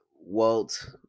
Walt